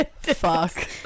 Fuck